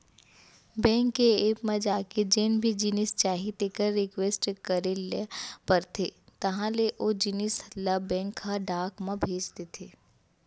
bank के app म जाके जेन भी जिनिस चाही तेकर रिक्वेस्ट करे ल परथे तहॉं ले ओ जिनिस ल बेंक ह डाक म भेज देथे